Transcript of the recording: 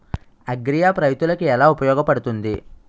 Agri app రైతులకి ఏలా ఉపయోగ పడుతుంది?